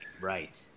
Right